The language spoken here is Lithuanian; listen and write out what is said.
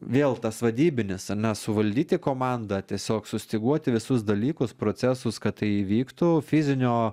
vėl tas vadybinis ar ne suvaldyti komandą tiesiog sustyguoti visus dalykus procesus kad tai įvyktų fizinio